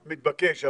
מתבקש.